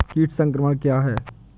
कीट संक्रमण क्या है?